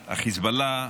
החיזבאללה,